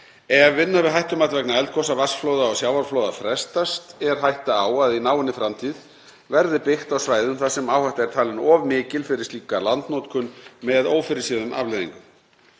Ef vinna við hættumat vegna eldgosa, vatnsflóða og sjávarflóða frestast er hætta á að í náinni framtíð verði byggt á svæðum þar sem áhætta er talin of mikil fyrir slíka landnotkun, með ófyrirséðum afleiðingum.